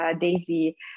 Daisy